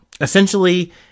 essentially